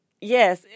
yes